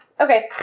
Okay